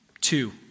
Two